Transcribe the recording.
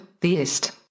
theist